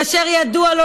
כאשר ידוע לו,